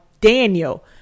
Daniel